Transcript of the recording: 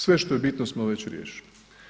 Sve što je bitno smo već riješili.